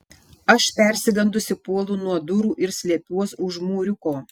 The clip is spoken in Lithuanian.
aš persigandusi puolu nuo durų ir slepiuos už mūriuko